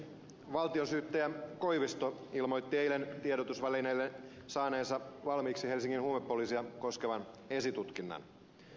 valtionsyyttäjä koivisto ilmoitti eilen tiedotusvälineille saaneensa valmiiksi helsingin huumepoliisia koskevan esitutkinnan